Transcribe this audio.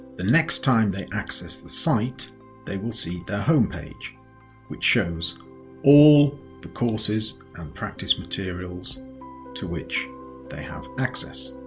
the next time they access the site they will see their home page which shows all the courses and practice materials to which they have access.